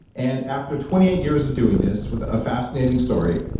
and after twenty eight years of doing this, with a fascinating story,